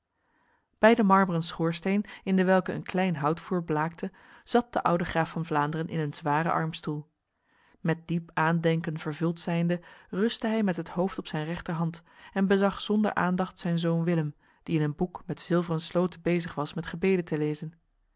bij de marmeren schoorsteen in dewelke een klein houtvuur blaakte zat de oude graaf van vlaanderen in een zware armstoel met diep aandenken vervuld zijnde rustte hij met het hoofd op zijn rechterhand en bezag zonder aandacht zijn zoon willem die in een boek met zilveren sloten bezig was met gebeden te lezen